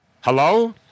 Hello